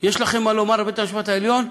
יש לכם מה לומר לבית-המשפט העליון?